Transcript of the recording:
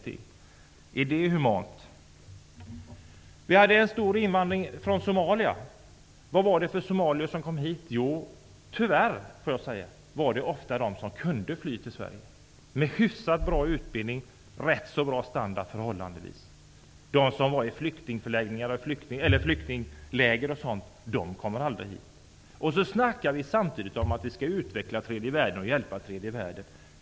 Är det humant? Det var en stor invandring från Somalia. Vilka somalier kom hit? Jo, det var tyvärr ofta de som kunde fly till Sverige, som hade hyfsat bra utbildning och förhållandevis bra standard. De som finns i flyktingläger kommer aldrig hit. Vi snackar samtidigt om att vi skall utveckla och hjälpa tredje världen.